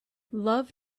love